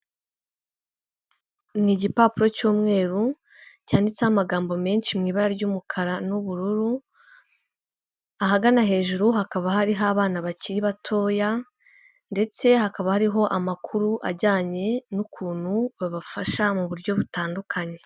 Ni igipapuro cy'umweru cyanditseho amagambo menshi mu ibara ry'umukara n'ubururu, ahagana hejuru hakaba hariho abana bakiri batoya ndetse hakaba hariho amakuru ajyanye n'ukuntu babafasha mu buryo butandukanye.